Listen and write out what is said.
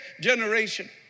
generation